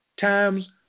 times